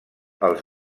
els